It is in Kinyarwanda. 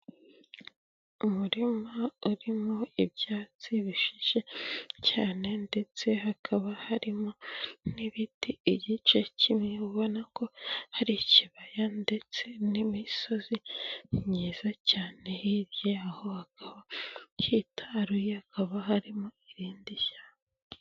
Umurima urimo ibyatsi bishishe cyane ndetse hakaba harimo n'ibiti igice kimwe ubona ko hari ikibaya ndetse n'imisozi myiza cyane, hirya yaho hakaba hitaruye hakaba harimo irindi shyamba.